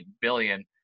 billion